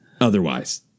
otherwise